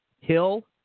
Hill